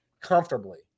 comfortably